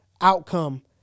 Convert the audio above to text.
outcome